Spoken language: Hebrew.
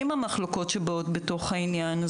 עם המחלוקות בעניין.